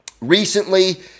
recently